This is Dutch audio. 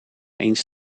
eens